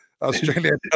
Australian